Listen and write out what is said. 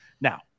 Now